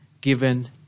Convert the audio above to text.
given